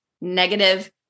negative